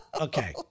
Okay